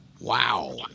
Wow